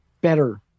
better